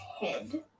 head